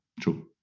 True